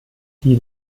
die